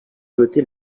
voter